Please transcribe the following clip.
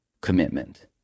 commitment